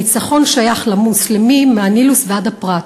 הניצחון שייך למוסלמים מהנילוס ועד הפרת".